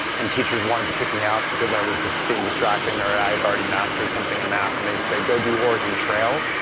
and teachers wanted to kick me out because i was just being distracting or i had already mastered something in math and they'd say go do oregon trail,